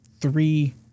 three